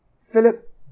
Philip